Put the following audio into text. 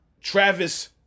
Travis